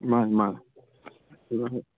ꯃꯥꯅꯤ ꯃꯥꯅꯤ